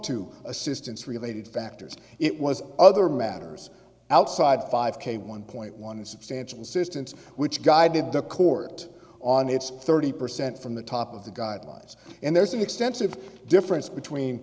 to assistance related factors it was other matters outside five k one point one substantial assistance which guided the court on its thirty percent from the top of the guidelines and there's an extensive difference between